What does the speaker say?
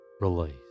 release